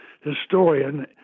historian